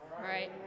right